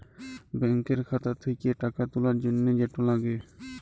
ব্যাংকের খাতা থ্যাকে টাকা তুলার জ্যনহে যেট লাগে